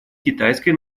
китайской